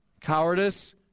cowardice